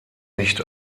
nicht